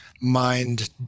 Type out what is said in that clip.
mind